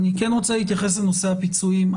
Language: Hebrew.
אני כן רוצה להתייחס לנושא הפיצויים.